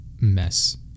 mess